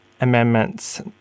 amendments